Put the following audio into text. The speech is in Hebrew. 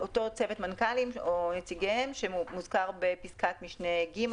אותו צוות מנכ"לים או נציגיהם שמוזכר בפסקת משנה (ג),